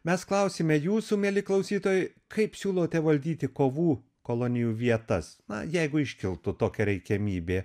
mes klausiame jūsų mieli klausytojai kaip siūlote valdyti kovų kolonijų vietas na jeigu iškiltų tokia reikiamybė